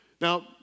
Now